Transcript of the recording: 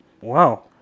Wow